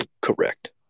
correct